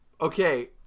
Okay